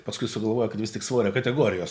paskui sugalvojo kad vis tik svorio kategorijos